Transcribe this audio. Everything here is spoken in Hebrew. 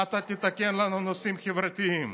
מה אתה תתקן לנו נושאים חברתיים?